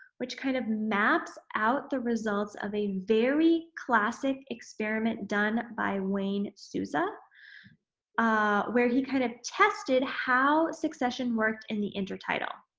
which kind of maps out the results of a very classic experiment done by wayne sousa ah where he kind of tested how succession work in the intertidal.